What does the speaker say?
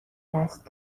دست